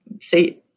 say